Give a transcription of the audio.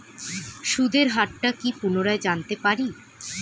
সুদের হার টা কি পুনরায় জানতে পারি?